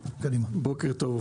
בוקר טוב.